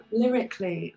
lyrically